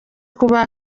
kuba